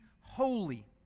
holy